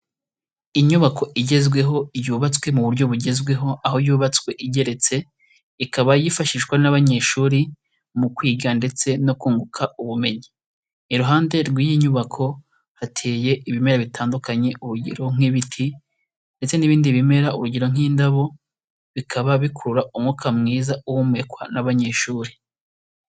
Inyubako igezweho yubatswe mu buryo bugezweho aho yubatswe igeretse, ikaba yifashishwa n'abanyeshuri mu kwiga ndetse no kunguka ubumenyi. Iruhande rw'iyi nyubako hateye ibimera bitandukanye, urugero nk'ibiti ndetse n'ibindi bimera urugoro nk'indabo, bikaba bikurura umwuka mwiza uhumekwa n'abanyeshuri.